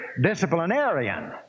disciplinarian